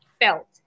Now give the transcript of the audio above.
felt